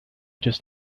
just